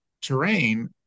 terrain